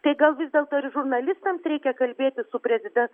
tai gal vis dėlto ir žurnalistams reikia kalbėtis su preziden